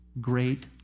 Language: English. great